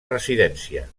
residència